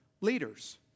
leaders